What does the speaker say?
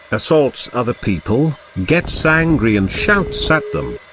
assaults other people, gets angry and shouts at them.